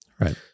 Right